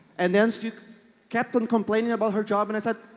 and then steve captain complaining about her job and i said,